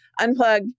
Unplug